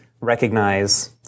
recognize